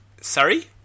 Sorry